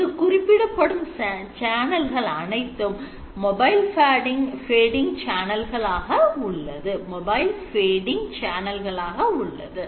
இங்கு குறிப்பிடப்படும் சேனல்கள் அனைத்தும் mobile fading சேனல்கள் ஆக உள்ளது